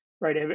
right